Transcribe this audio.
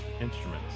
instruments